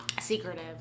Secretive